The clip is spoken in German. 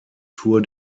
tour